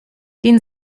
den